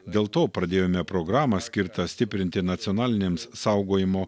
dėl to pradėjome programą skirtą stiprinti nacionaliniams saugojimo